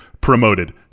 promoted